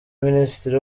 minisitiri